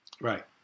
Right